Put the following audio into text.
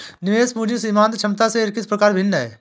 निवेश पूंजी सीमांत क्षमता से किस प्रकार भिन्न है?